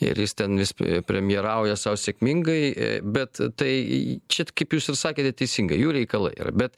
ir jis ten vis premjerauja sau sėkmingai bet tai čiat kaip jūs ir sakėte teisingai jų reikalai yra bet